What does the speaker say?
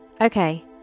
Okay